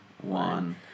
one